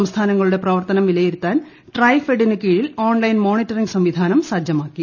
സംസ്ഥാനങ്ങളുടെ പ്രവർത്തനം വിലയിരുത്താൻ ട്രൈഫെഡിന് കീഴിൽ ഓൺലൈൻ മോണിറ്ററിംഗ് സംവിധാനം സജ്ജമാക്കി